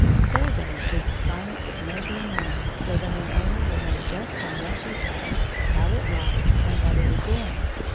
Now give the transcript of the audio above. surveying is the science of measuring land so that an owner will know just how much he has, how it lies, and what it adjoins,